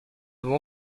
mon